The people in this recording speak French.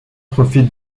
profite